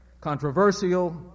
controversial